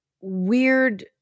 weird –